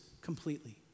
completely